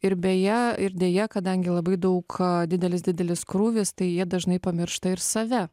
ir beje ir deja kadangi labai daug didelis didelis krūvis tai jie dažnai pamiršta ir save